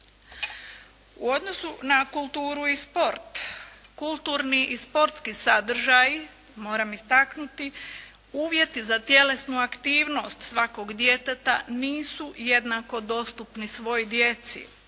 U odnosu na kulturu i sport, kulturni i sportski sadržaji moram istaknuti, uvjeti za tjelesnu aktivnost svakog djeteta nisu jednako dostupni svoj djeci,